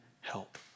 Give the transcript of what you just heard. help